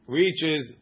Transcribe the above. reaches